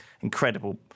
incredible